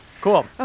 Cool